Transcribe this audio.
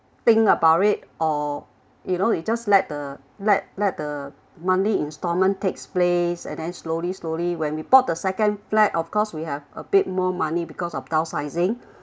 think about it or you know you just let the let let the monthly instalment takes place and then slowly slowly when we bought the second flat of course we have a bit more money because of downsizing